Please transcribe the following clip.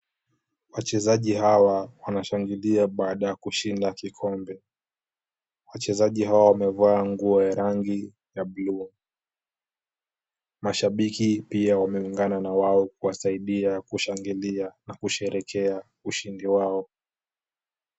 Wachezaji hawa wanashangilia baada ya kushinda kikombe. Wachezaji hawa wamevaa nguo ya rangi ya blue . Mashabiki pia wameungana na wao kuwasaidia kushangilia na kusherehekea ushindi wao.